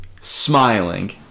smiling